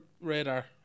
radar